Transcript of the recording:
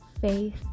faith